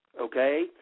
okay